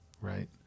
right